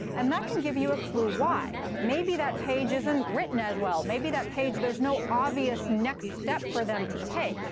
and that can give you a clue why. maybe that page isn't written as well. maybe that page there's no obvious next step for them to take.